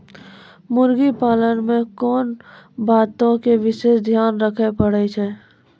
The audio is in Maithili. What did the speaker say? मुर्गी पालन मे कोंन बातो के विशेष ध्यान रखे पड़ै छै?